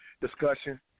discussion